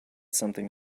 something